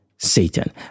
satan